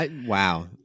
wow